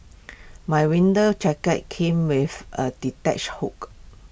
my winter jacket came with A